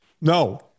No